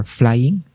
flying